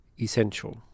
essential